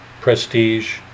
prestige